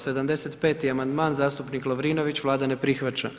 75. amandman zastupnik Lovrinović, Vlada ne prihvaća.